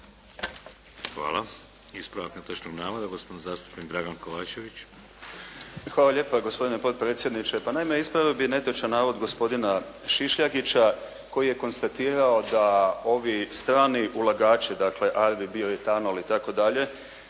Hvala. Ispravak netočnog navoda, gospodin zastupnik Dragan Kovačević. **Kovačević, Dragan (HDZ)** Hvala lijepa gospodine potpredsjedniče. Pa naime, ispravio bih netočan navod gospodina Šišljagića koji je konstatirao da ovi strani ulagači, dakle Arvij, Bio etanol itd. dakle